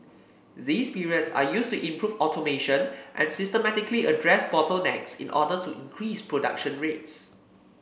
these periods are used to improve automation and systematically address bottlenecks in order to increase production rates